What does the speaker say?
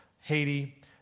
Haiti